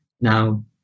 now